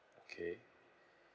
okay